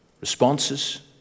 responses